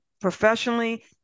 professionally